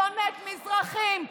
שונאת מזרחים,